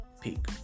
peak